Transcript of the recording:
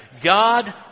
God